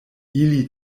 ili